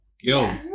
Yo